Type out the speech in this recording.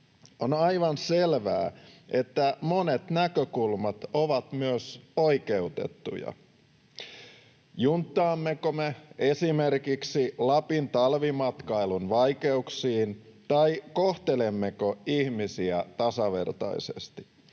On aivan selvää, että monet näkökulmat ovat myös oikeutettuja. Junttaammeko me esimerkiksi Lapin talvimatkailun vaikeuksiin tai kohtelemmeko ihmisiä tasavertaisesti?